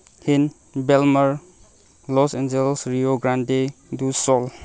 Hind Belmar Los Angeles Rio Grande ꯗꯨꯁꯣꯜ